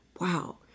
Wow